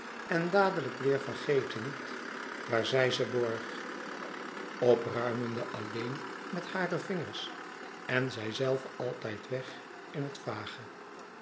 en dadelijk weêr vergetend waar zij ze borg opruimende alleen met hare vingers en zijzelve altijd weg in het vage